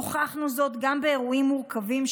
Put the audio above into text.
הוכחנו זאת גם באירועים מורכבים,